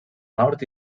nord